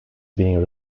being